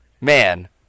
man